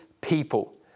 people